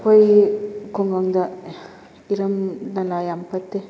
ꯑꯩꯈꯣꯏꯒꯤ ꯈꯨꯡꯒꯪꯗ ꯏꯔꯝ ꯅꯂꯥ ꯌꯥꯝꯅ ꯐꯠꯇꯦ